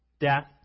Death